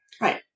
Right